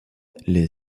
les